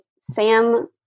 Sam